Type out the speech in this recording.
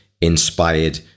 inspired